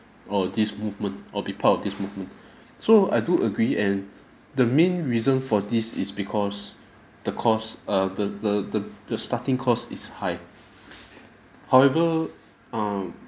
or this movement or be part of this movement so I do agree and the main reason for this is because the cost err the the the the starting cost is high however um